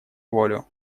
волю